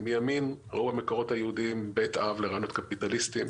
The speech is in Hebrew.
מימין ראו במקורות היהודיים בית אב לרעיונות קפיטליסטיים,